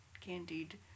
candied